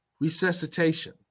resuscitation